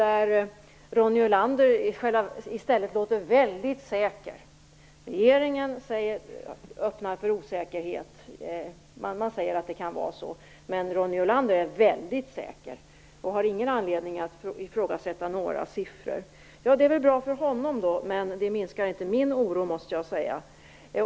Ronny Olander låter i stället väldigt säker. Regeringen öppnar för osäkerhet och säger att kalkylerna kan vara osäkra, men Ronny Olander är väldigt säker och har ingen anledning att ifrågasätta några siffror. Det är väl bra för honom då, men det minskar inte min oro, måste jag säga.